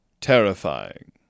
terrifying